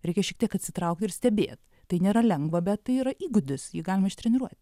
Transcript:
reikia šiek tiek atsitraukti ir stebėt tai nėra lengva bet tai yra įgūdis jį galima ištreniruot